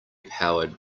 powered